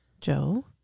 joe